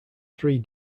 three